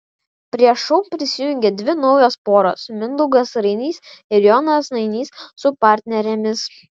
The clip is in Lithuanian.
prie šou prisijungė dvi naujos poros mindaugas rainys ir jonas nainys su partnerėmis